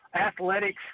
Athletics